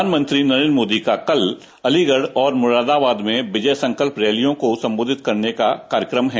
प्रधानमंत्री नरेन्द्र मोदी का कल अलीगढ़ और मुरादाबाद में विजय संकल्प रैलियों को संबोधित करने का कार्यक्रम है